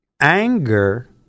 anger